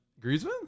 Griezmann